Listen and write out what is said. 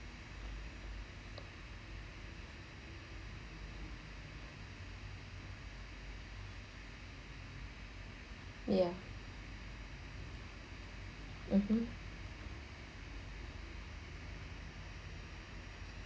ya (uh huh)